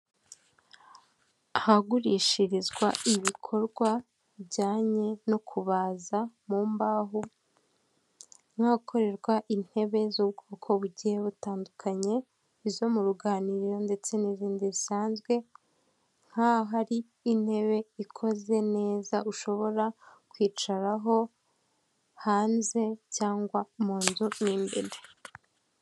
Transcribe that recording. Ahagurishirizwa ibikorwa bijyanye no kubaza mu mbaho n'ahakorerwa intebe z'ubwoko bugiye butandukanye, izo mu ruganiriro ndetse n'izindi zisanzwe nk'ahari intebe ikoze neza ushobora kwicaraho hanze cyangwa mu nzu iri imbere.